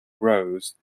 grows